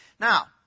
Now